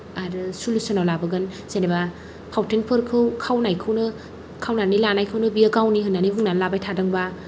आरो सुलुसनाव लाबोगोन जेनेबा फावथेनफोरखौ खावनायफोरखौनो खावनानै लानायखौनो बियो गावनि होननानै बुंनानै लाबाय थादोंबा